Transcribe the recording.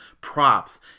props